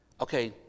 okay